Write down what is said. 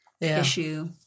issue